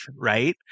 right